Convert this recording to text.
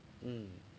um